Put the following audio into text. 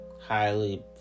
highly